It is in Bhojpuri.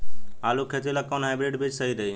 आलू के खेती ला कोवन हाइब्रिड बीज सही रही?